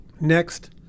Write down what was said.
Next